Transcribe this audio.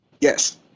Yes